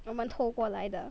我们偷过来的